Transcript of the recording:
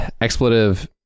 expletive